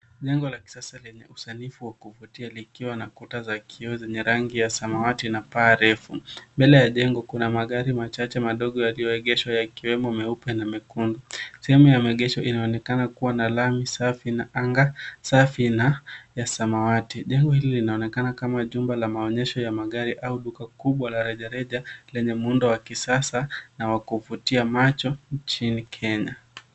Jengo la kisasa lenye usanifu wa kuvutia likiwa na kuta za kioo zenye rangi ya samawati na paa refu. Mbele ya jengo kuna magari machache madogo yaliyoegeshwa yakiwemo meupe na mekundu. Sehemu ya maegesho inaonekana kuwa na lami safi na anga safi na ya samawati. Jengo hili linaonekana kama jumba la maonyesho ya magari au duka kubwa la rejareja lenye muundo wa kisasa na wa kuvutia macho nchini Kenya.